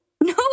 No